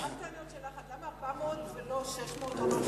תענה רק על עוד שאלה אחת: למה 400 ולא 600 או לא 700?